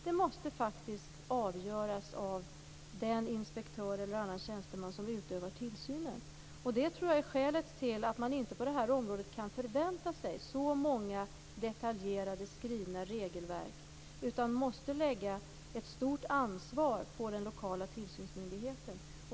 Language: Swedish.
Det måste faktiskt avgöras av den inspektör eller annan tjänsteman som utövar tillsynen. Det tror jag är skälet till att man inte på detta område kan förvänta sig så många detaljerade skrivna regelverk utan måste lägga ett stort ansvar på den lokala tillsynsmyndigheten.